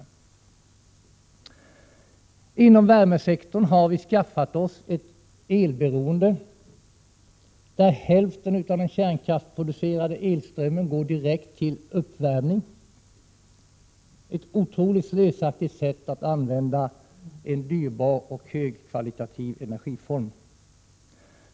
När det gäller värmesektorn har vi skaffat oss ett elberoende, som innebär att hälften av den kärnkraftsproducerade elströmmen går direkt till uppvärmning. Det är ett otroligt slösaktigt sätt att använda en dyrbar och högkvalitativ energiform.